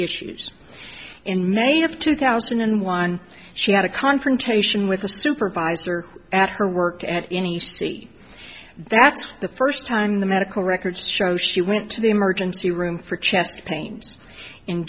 issues in may of two thousand and one she had a confrontation with a supervisor at her work at any city that's the first time the medical records show she went to the emergency room for chest pains in